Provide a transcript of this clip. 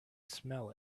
smell